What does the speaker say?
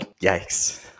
Yikes